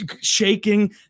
shaking